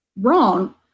Wrong